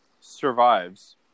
survives